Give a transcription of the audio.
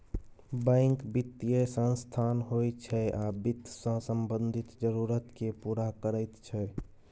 bank बित्तीय संस्थान होइ छै आ बित्त सँ संबंधित जरुरत केँ पुरा करैत छै